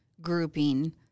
grouping